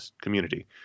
community